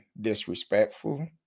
disrespectful